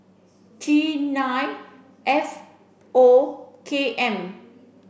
T nine F O K M